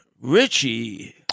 Richie